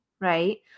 right